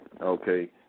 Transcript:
Okay